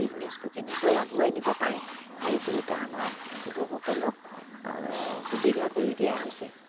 বিজনেছটো কেনেকৈ আগুৱাই নিব পাৰে এইটো এটা আমাৰ কৃষকসকলক সুবিধা কৰি দিয়া হৈছে